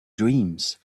dreams